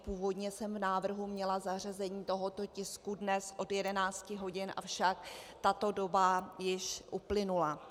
Původně jsem v návrhu měla zařazení tisku dnes od 11 hodin, avšak tato doba již uplynula.